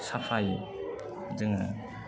साफायै जोङो